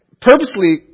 purposely